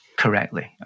Correctly